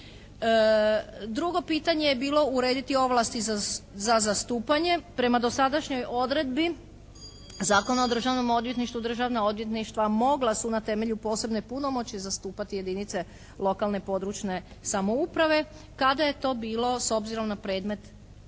Drugo pitanje je bilo urediti ovlasti za zastupanje. Prema dosadašnjoj odredbi Zakona o državnom odvjetništvu državna odvjetništva mogla su na temelju posebne punomoći zastupati jedinice lokalne, područne samouprave kada je to bilo s obzirom na predmet opravdano.